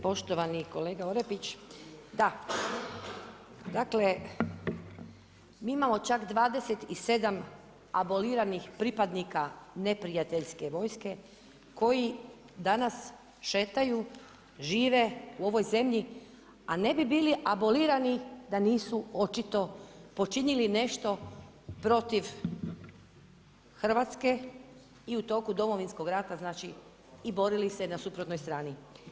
Poštovani kolega Orepić, da dakle, mi imamo čak 27 aboliranih pripadnika neprijateljske vojske, koji danas šetaju, žive, u ovoj zemlji, a ne bi bili abolirani, da nisu očito počinili nešto protiv Hrvatske i u toku Domovinskog rata, znači i borili se na suprotnoj strani.